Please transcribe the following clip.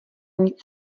nic